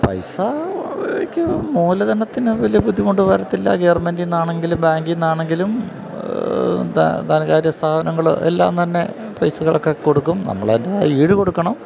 പൈസയ്ക്ക് മൂലധനത്തിന് വലിയ ബുദ്ധിമുട്ട് വരില്ല ഗവണ്മെൻറ്റില് നിന്നാണെങ്കിലും ബാങ്കില് നിന്നാണെങ്കിലും ധനകാര്യ സ്ഥാപനങ്ങള് എല്ലാം തന്നെ പൈസകളൊക്കെ കൊടുക്കും നമ്മളതിന്റെ ആ ഈട് കൊടുക്കണം